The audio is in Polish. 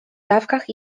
dawkach